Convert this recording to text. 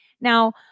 Now